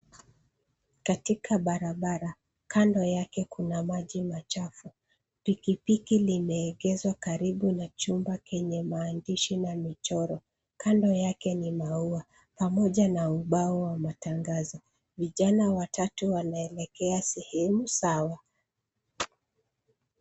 Katika barabara, kando yake kuna maji machafu. Pikipiki limeegeshwa karibu na chumba kenye maandishi na michoro. Kando ya ke ni maua pamoja na ubao wa matangazo. Vijana watatu wanaelekea sehemu sawa.